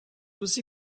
aussi